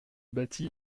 bâti